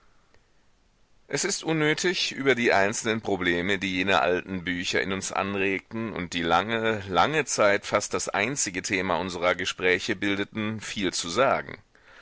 es ist unnötig über die einzelnen probleme die jene alten bücher in uns anregten und die lange lange zeit fast das einzige thema unserer gespräche bildeten viel zu sagen